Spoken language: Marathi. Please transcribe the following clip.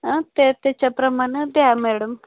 ते त्याच्याप्रमाणं द्या मॅडम